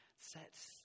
sets